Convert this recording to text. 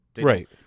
right